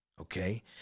okay